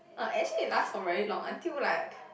uh actually it last for very long until like